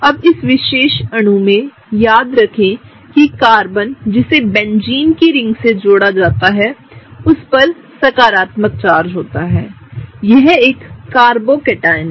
अब इस विशेष अणु में याद रखें कि कार्बन जिसे बेंजीन की रिंग से जोड़ा जाता है उस पर सकारात्मक चार्ज होता है यह एक कार्बोकेटायन है